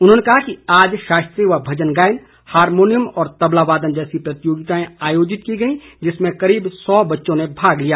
उन्होंने कहा कि आज शास्त्रीय व भजन गायन हारमोनियम और तबला वादन जैसी प्रतियोगिताएं आयोजित की गई जिसमें करीब सौ बच्चों ने भाग लिया